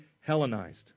Hellenized